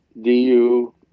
DU